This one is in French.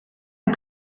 est